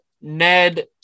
Ned